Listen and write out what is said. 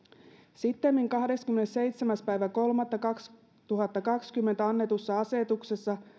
sittemmin kahdeskymmenesseitsemäs kolmatta kaksituhattakaksikymmentä annetussa asetuksessa